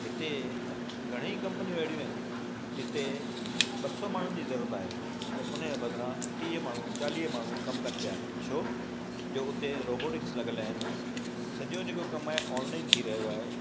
हिते घणेई कंपनियूं अहिड़ियूं आहिनि जिते ॿ सौ माण्हुनि जी ज़रूरत आहे त उन जे बदिरां टीह माण्हू चालीह माण्हू कमु कनि पिया छोजो हुते रोबोटिक्स लॻियलु आहिनि सॼो जेको कमु आहे ऑनलाइन थी रहियो आहे